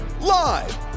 live